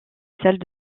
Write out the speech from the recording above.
salles